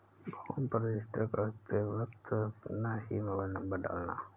भीम पर रजिस्टर करते वक्त अपना ही मोबाईल नंबर डालना